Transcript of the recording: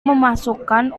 memasukkan